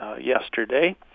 yesterday